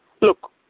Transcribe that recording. Look